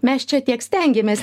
mes čia tiek stengėmės